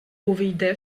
увійди